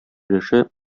өлеше